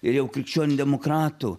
ir jau krikščionių demokratų